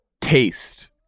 taste